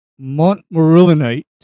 montmorillonite